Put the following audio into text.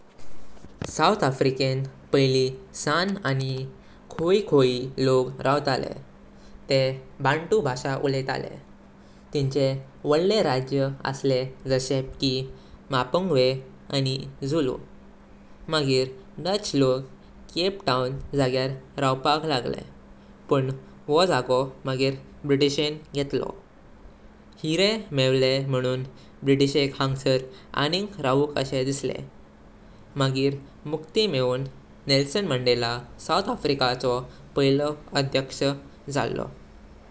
South आफ्रिकेन पयली सण आनी खोइखोइ लोक रावतले। तें बँटू भाषा उलैटलें। तिंचे वडले राज्य असले जशें की मपुंगब्वे आनी झूलू। मगिर डच लोक केप टाउन जगर रवपाक लागणे पुगळ वय जगा मगिर ब्रिटिशें घेतलो। हिरें मेवले म्हणून ब्रिटिशेक हाँगसार आनी रवु कशे दिसले। मगिर मुक्ति मेवून नेल्सन मन्डेला साउथ आफ्रिका चो पयलो अध्याक्ष झालो।